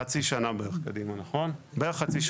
חצי שנה קדימה בערך.